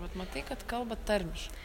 vat matai kad kalba tarmiškai